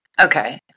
Okay